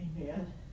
Amen